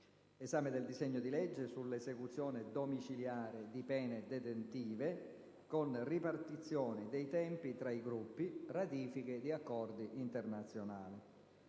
Esame del disegno di legge sull'esecuzione domiciliare di pene detentive, con ripartizione dei tempi tra i Gruppi. Ratifiche di accordi internazionali.